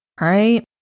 right